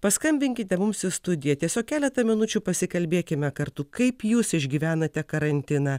paskambinkite mums į studiją tiesiog keletą minučių pasikalbėkime kartu kaip jūs išgyvenate karantiną